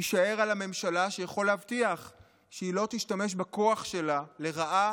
יישאר על הממשלה שיכול להבטיח שהיא לא תשתמש בכוח שלה לרעה